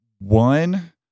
one